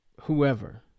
whoever